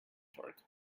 torque